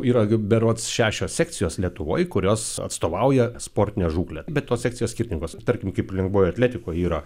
yra berods šešios sekcijos lietuvoj kurios atstovauja sportinę žūklę bet tos sekcijos skirtingos tarkim kaip lengvojoj atletikoj yra